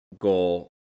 goal